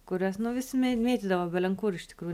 kuriuos nu visi mė mėtydavo belenkur iš tikrųjų